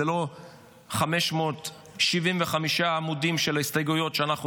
זה לא 575 עמודים של ההסתייגויות שאנחנו